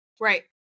Right